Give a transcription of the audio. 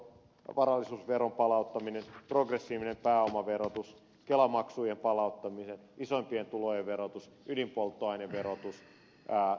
varallisuusveron palauttaminen progressiivinen pääomaverotus kelamaksujen palauttaminen isoimpien tulojen verotus ydinpolttoaineverotus transaktiovero